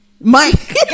Mike